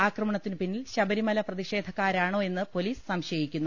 ആക്രമണത്തിന് പിന്നിൽ ശബരിമല പ്രതിഷേധക്കാരാണോ എന്ന് പൊലീസ് സംശയിക്കുന്നു